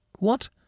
What